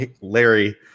Larry